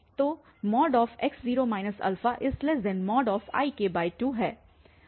तो x0 Ik2